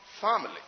family